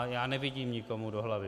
Já nevidím nikomu do hlavy.